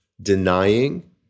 denying